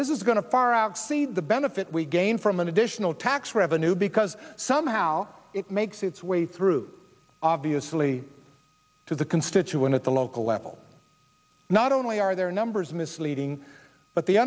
this is going to far out see the benefit we gain from an additional tax revenue because somehow it makes its way through obviously to the constituent at the local level not only are their numbers misleading but the